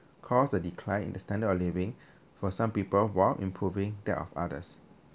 cause the decline in the standard of living for some people while improving that of others